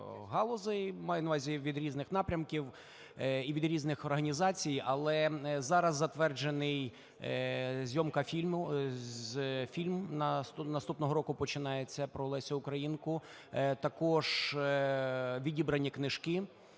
галузей, маю на увазі, від різних напрямків і від різних організацій, але… Зараз затверджена зйомка фільму, наступного року починається, про Лесю Українку. Також відібрані книжки,